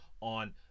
on